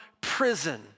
prison